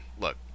look